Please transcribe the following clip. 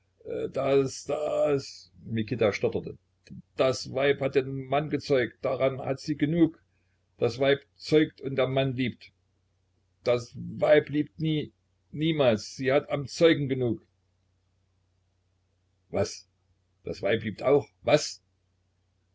das mikita stotterte das weib hat den mann gezeugt daran hat sie genug das weib zeugt und der mann liebt das weib liebt nie niemals sie hat am zeugen genug was das weib liebt auch was